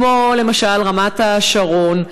כמו רמת השרון,